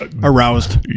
Aroused